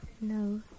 No